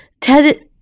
TED